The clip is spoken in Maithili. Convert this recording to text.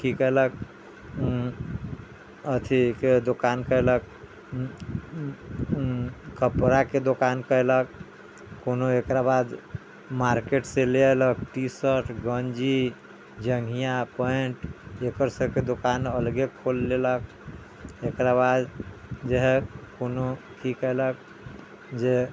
की कयलक अथीके दोकान कयलक कपड़ाके दोकान कयलक कोनो एकराबाद मार्केटसँ ले अयलक टीशर्ट गञ्जी जँघिया पैंट एकरसभके दोकान अलगे खोलि लेलक एकराबाद जे हइ कोनो की कयलक जे